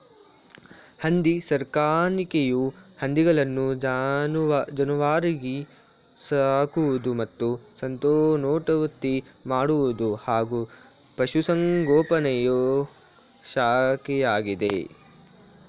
ಹಂದಿ ಸಾಕಾಣಿಕೆಯು ಹಂದಿಗಳನ್ನು ಜಾನುವಾರಾಗಿ ಸಾಕುವುದು ಮತ್ತು ಸಂತಾನೋತ್ಪತ್ತಿ ಮಾಡುವುದು ಹಾಗೂ ಪಶುಸಂಗೋಪನೆಯ ಶಾಖೆಯಾಗಿದೆ